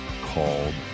called